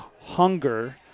hunger